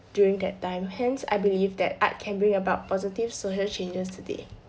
during that time hence I believe that art can bring about positive social changes today